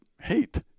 hate